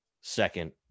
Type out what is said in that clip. second